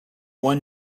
one